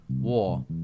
war